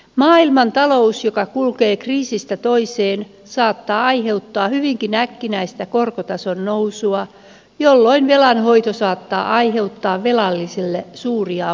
maailmantalous joka kulkee kriisistä toiseen saattaa aiheuttaa hyvinkin äkkinäistä korkotason nousua jolloin velanhoito saattaa aiheuttaa velalliselle suuria ongelmia